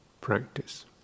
practice